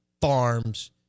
Farms